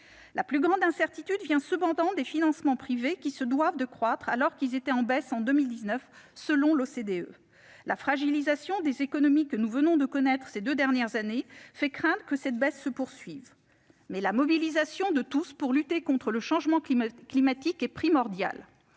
La plus grande incertitude vient cependant des financements privés, qui doivent croître, alors qu'ils étaient en baisse en 2019, selon l'OCDE. La fragilisation des économies que nous venons de connaître ces deux dernières années fait craindre que cette baisse ne se poursuive, mais la mobilisation de tous pour lutter contre le changement climatique est primordiale.